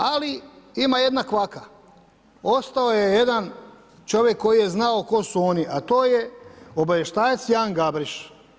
Ali, ima jedna kvaka, ostao je jedan čovjek koji je znao tko su oni a to je obavještajac Jan Gabriš.